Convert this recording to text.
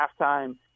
halftime